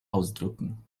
ausdrücken